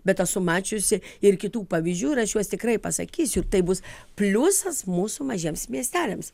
bet esu mačiusi ir kitų pavyzdžių ir aš juos tikrai pasakysiu tai bus pliusas mūsų mažiems miesteliams